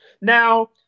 Now